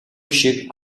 шиг